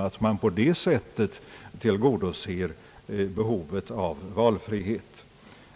och att man på det sättet tillgodoser behovet av valfrihet.